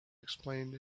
explained